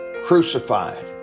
crucified